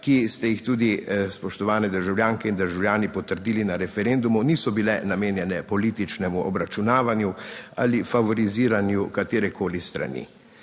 ki ste jih tudi, spoštovane državljanke in državljani potrdili na referendumu, niso bile namenjene političnemu obračunavanju ali favoriziranju katerekoli strani.